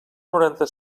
noranta